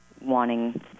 wanting